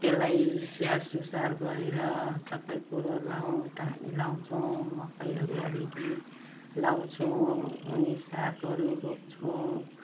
त्यसलाई स्याहार सुसार गरेर सबै कुरो लाउनु त हामी लाउँछौँ मकैहरू अलिकति लाउँछौँ अनि सागहरू रोप्छौँ